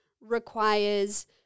requires